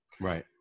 Right